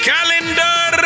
Calendar